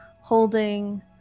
holding